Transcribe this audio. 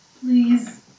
please